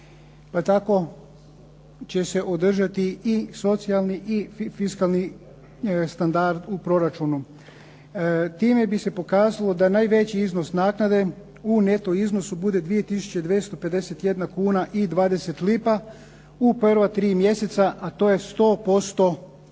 pa tako će se održati i socijalni i fiskalni standard u proračunu. Time bi se pokazalo da najveći iznos naknade u neto iznosu bude 2 tisuće 251 kuna i 20 lipa u prva 3 mjeseca, a to je 100% minimalne